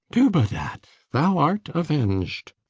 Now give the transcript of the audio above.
dubedat thou art avenged!